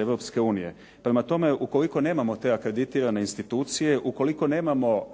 instiutcije. Prema tome, ukoliko nemamo te akreditirane institucije, ukoliko nemamo